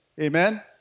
amen